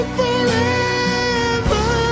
forever